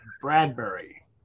Bradbury